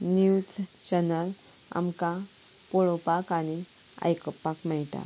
news channel आमकां पळोपाक आनी आयकुपाक मेळटा